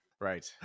Right